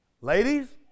Ladies